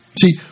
See